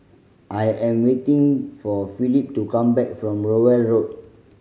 I am waiting for Philip to come back from Rowell Road